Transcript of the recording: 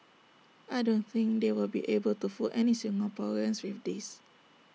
I don't think they will be able to fool any Singaporeans with this